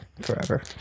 forever